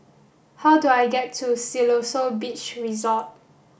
how do I get to Siloso Beach Resort